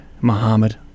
Muhammad